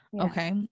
Okay